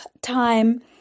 time